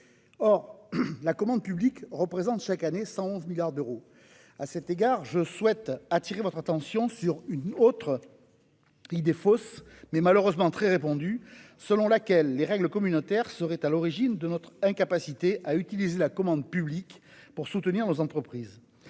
Or la commande publique représente chaque année 111 milliards d'euros ... Il existe une idée fausse, malheureusement très répandue, selon laquelle les règles communautaires seraient à l'origine de notre incapacité à utiliser la commande publique pour soutenir nos entreprises.